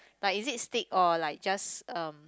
like is it steak or like just um